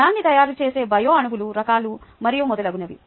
కణాన్ని తయారుచేసే బయో అణువుల రకాలు మరియు మొదలగునవి